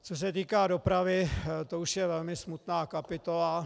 Co se týká dopravy, to už je velmi smutná kapitola.